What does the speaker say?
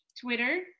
Twitter